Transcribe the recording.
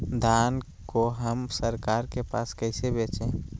धान को हम सरकार के पास कैसे बेंचे?